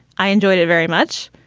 i enjoyed it very much,